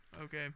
Okay